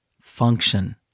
function